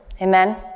Amen